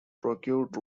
procured